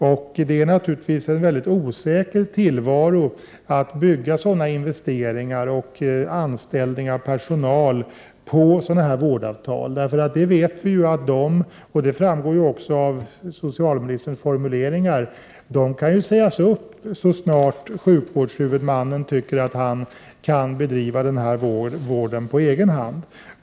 Och det innebär naturligtvis en mycket osäker tillvaro att göra sådana investeringar och anställa personal på sådana vårdavtal. Vi vet ju, vilket framgår av socialministerns formuleringar, att dessa avtal kan sägas upp så snart sjukvårdshuvudmannen tycker att han kan bedriva denna vård på egen hand.